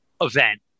event